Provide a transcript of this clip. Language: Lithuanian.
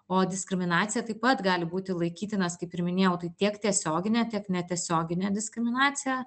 o diskriminacija taip pat gali būti laikytinas kaip ir minėjau tai tiek tiesioginė tiek netiesioginė diskriminacija